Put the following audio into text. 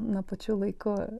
na pačiu laiku